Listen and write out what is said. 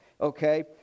okay